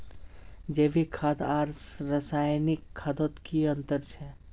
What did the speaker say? जैविक खाद आर रासायनिक खादोत की अंतर छे?